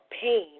pain